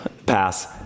pass